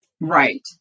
Right